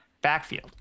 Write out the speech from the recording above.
backfield